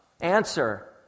Answer